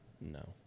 No